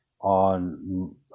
on